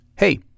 Hey